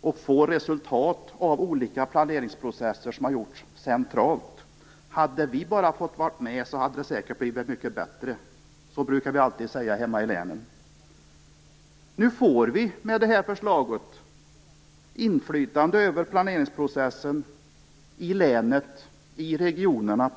om att få resultat av olika planeringsprocesser som har gjorts centralt: Hade bara vi fått vara med skulle det säkert ha blivit mycket bättre. Så brukar vi alltid säga hemma i länen. Nu får vid med detta förslag på ett annat sätt inflytande över planeringsprocessen i länen och i regionerna.